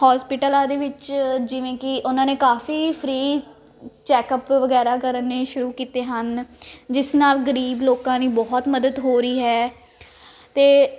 ਹੋਸਪਿਟਲਾਂ ਦੇ ਵਿੱਚ ਜਿਵੇਂ ਕਿ ਉਹਨਾਂ ਨੇ ਕਾਫੀ ਫਰੀ ਚੈੱਕ ਅਪ ਵਗੈਰਾ ਕਰਨੇ ਸ਼ੁਰੂ ਕੀਤੇ ਹਨ ਜਿਸ ਨਾਲ ਗਰੀਬ ਲੋਕਾਂ ਦੀ ਬਹੁਤ ਮਦਦ ਹੋ ਰਹੀ ਹੈ ਅਤੇ